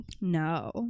No